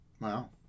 Wow